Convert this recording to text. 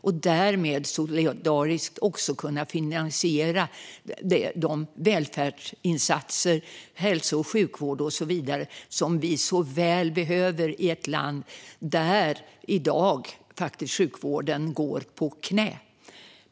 Därmed kan de solidariskt finansiera de välfärdsinsatser, hälso och sjukvård och så vidare, som vi så väl behöver i ett land där sjukvården i dag går på knä.